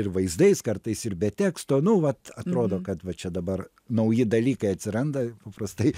ir vaizdais kartais ir be teksto nu vat atrodo kad va čia dabar nauji dalykai atsiranda paprastai